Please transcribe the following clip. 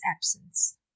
absence